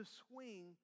swing